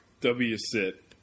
W-Sit